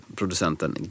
producenten